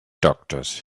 doctors